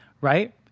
right